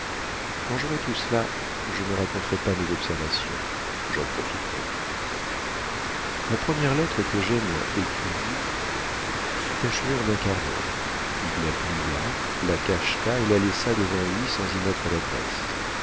quand j'aurai tout cela je ne raconterai pas mes observations j'en profiterai la première lettre qu'eugène écrivit fut achevée en un quart d'heure il la plia la cacheta et la laissa devant lui sans y mettre l'adresse